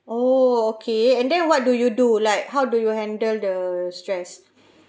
oh okay and then what do you do like how do you handle the stress